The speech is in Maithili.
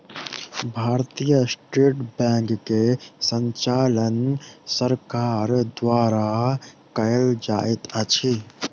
भारतीय स्टेट बैंक के संचालन सरकार द्वारा कयल जाइत अछि